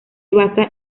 basa